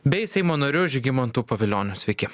bei seimo nariu žygimantu pavilioniu sveiki